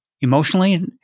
emotionally